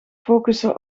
focussen